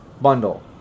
bundle